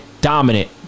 dominant